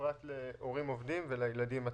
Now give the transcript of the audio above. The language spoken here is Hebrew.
בפרט להורים עובדים ולילדים עצמם.